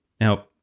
Now